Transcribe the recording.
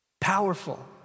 Powerful